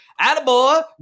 attaboy